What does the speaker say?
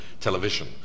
television